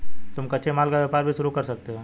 तुम कच्चे माल का व्यापार भी शुरू कर सकते हो